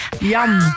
Yum